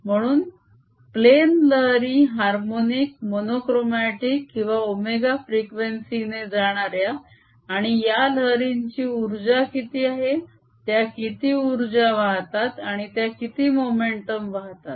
म्हणून प्लेन लहरी harmonic monochromatic किंवा ω फ़्रिक़्वेन्सि ने जाणाऱ्या आणि या लहरींची उर्जा किती आहे त्या किती उर्जा वाहतात आणि त्या किती मोमेंटम वाहतात